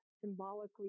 symbolically